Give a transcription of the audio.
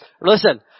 Listen